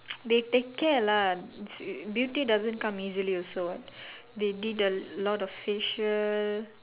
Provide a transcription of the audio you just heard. they take care lah it's beauty doesn't come easily also what they did a lot of facial